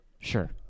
sure